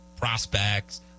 prospects